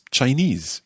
Chinese